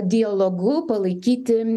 dialogu palaikyti